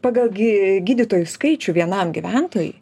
pagal gi gydytojų skaičių vienam gyventojui